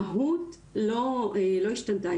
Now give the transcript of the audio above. המהות של הנוהל לא השתנתה.